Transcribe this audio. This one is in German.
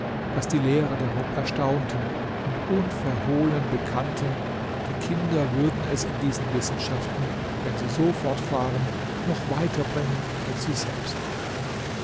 daß die lehrer darob erstaunten und unverhohlen bekannten die kinder würden es in diesen wissenschaften wenn sie so fortfahren noch weiter bringen als sie selbst